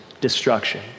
destruction